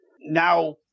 Now